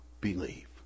believe